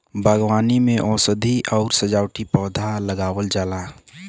बागवानी में औषधीय आउर सजावटी पौधा लगावल जाला